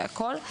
והכל.